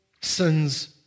sins